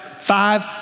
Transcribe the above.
five